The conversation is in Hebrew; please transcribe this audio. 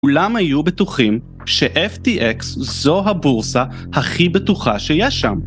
כולם היו בטוחים ש-FTX זו הבורסה הכי בטוחה שיש שם.